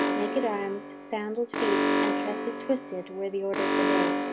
naked arms, sandaled feet, and tresses twisted, were the order of the day.